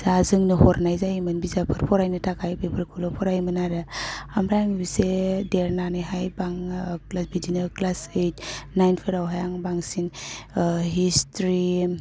जा जोंनो हरनाय जायोमोन बिजाबफोर फरायनो थाखाय बेफोरखौल' फरायोमोन आरो ओमफ्राय आं एसे देरनानैहाय बाङो बिदिनो क्लास ओइट नाइनफोरावहाय आं बांसिन हिसट्रि